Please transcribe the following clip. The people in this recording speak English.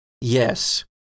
Yes